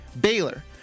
baylor